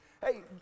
Hey